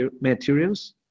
materials